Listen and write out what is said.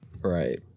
Right